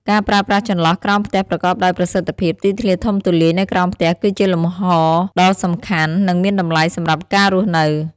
ការប្រើប្រាស់ចន្លោះក្រោមផ្ទះប្រកបដោយប្រសិទ្ធភាព ទីធ្លាធំទូលាយនៅក្រោមផ្ទះគឺជាលំហដ៏សំខាន់ និងមានតម្លៃសម្រាប់ការរស់នៅ ។